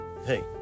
Hey